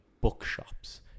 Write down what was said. bookshops